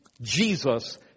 Jesus